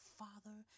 father